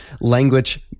language